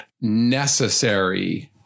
necessary